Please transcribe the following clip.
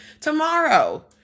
tomorrow